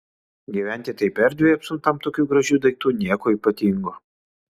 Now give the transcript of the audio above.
gyventi taip erdviai apsuptam tokių gražių daiktų nieko ypatingo